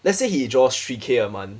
let's say he draws three K a month